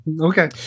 Okay